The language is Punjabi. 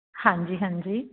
ਹਾਂਜੀ ਹਾਂਜੀ